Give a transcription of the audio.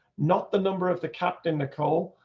not the number of the captain nicole,